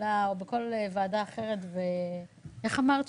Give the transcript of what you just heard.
בכלכלה או בכל ועדה אחרת איך את אמרת?